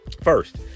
First